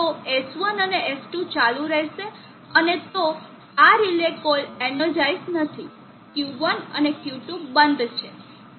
તો S1 અને S2 ચાલુ રહેશે અને તો આ રિલે કોઇલ એનર્જાઇસ નથી Q1 અને Q2 બંધ છે